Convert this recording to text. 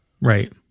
Right